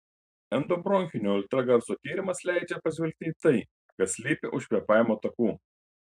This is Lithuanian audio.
endobronchinio ultragarso tyrimas leidžia pažvelgti į tai kas slypi už kvėpavimo takų